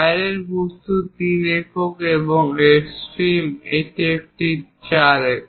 বাইরের বস্তু 3 একক এবং এক্সট্রিম এক এটি 4 একক